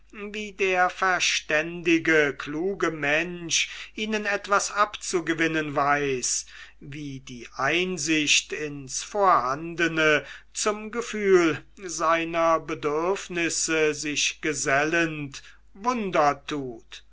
wie der verständige kluge mensch ihnen etwas abzugewinnen weiß wie die einsicht ins vorhandene zum gefühl seiner bedürfnisse sich gesellend